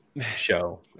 show